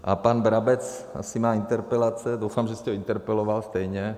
A pan Brabec asi má interpelace, doufám, že jste ho interpeloval stejně.